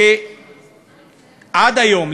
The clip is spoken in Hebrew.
שעד היום,